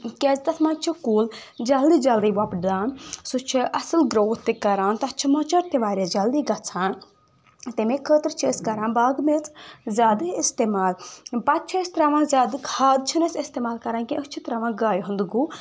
کیٛازِ تتھ منٛز چھُ کُل جلدی جلدی وۄپدان سُہ چھُ اصل گٕروتھ تہِ کران تتھ چھ مۄچر تہِ واریاہ جلدی گژھان تمے خٲطرٕ چھِ أسۍ کران باغہٕ میٚژ زیادٕ استعمال پتہٕ چھِ أسۍ تراوان زیادٕ کھاد چھِنہٕ أسۍ استعمال کران کینٛہہ أسۍ چھِ تراوان گایہِ ہُنٛد گُہہ